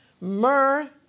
myrrh